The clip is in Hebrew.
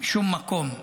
משום מקום.